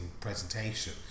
presentation